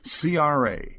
CRA